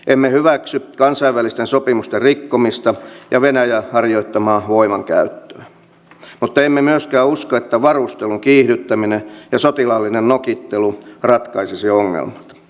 emme hyväksy kansainvälisten sopimusten rikkomista ja venäjän harjoittamaa voimankäyttöä mutta emme myöskään usko että varustelun kiihdyttäminen ja sotilaallinen nokittelu ratkaisisivat ongelmat